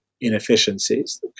inefficiencies